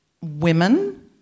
women